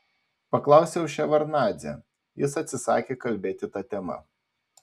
paklausiau ševardnadzę jis atsisakė kalbėti ta tema